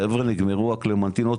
חבר'ה נגמרו הקלמנטינות,